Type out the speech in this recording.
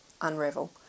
unravel